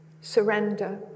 Surrender